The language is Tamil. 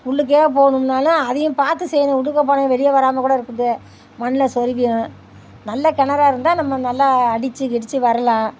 உள்ளுக்கே போகணுன்னாலும் அதையும் பார்த்து செய்யணும் உள்ளுக்கு போனவன் வெளியே வராமல் கூட இருக்குது மண்ணில் சொருவிடும் நல்ல கிணறா இருந்தால் நம்ம நல்லா அடித்து கிடித்து வரலாம்